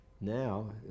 now